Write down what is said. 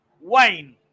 Wayne